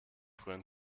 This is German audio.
rühren